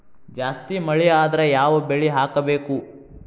ಜಾಸ್ತಿ ಮಳಿ ಆದ್ರ ಯಾವ ಬೆಳಿ ಹಾಕಬೇಕು?